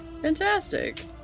Fantastic